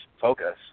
focus